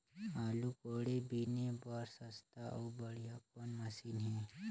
आलू कोड़े बीने बर सस्ता अउ बढ़िया कौन मशीन हे?